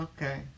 Okay